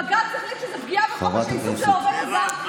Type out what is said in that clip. בג"ץ החליט שזה פגיעה בחופש העיסוק של העובד הזר.